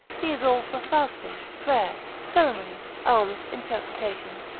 he is all for fasting, prayer, ceremonies, alms, interpretations,